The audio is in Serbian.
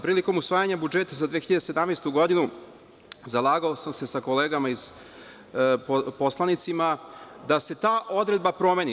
Prilikom usvajanja budžeta za 2017. godinu zalagao sam se sa kolegama poslanicima da se ta odredba promeni.